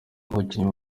abakinnyi